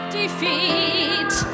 defeat